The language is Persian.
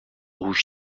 باهوش